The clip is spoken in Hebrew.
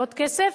ועוד כסף,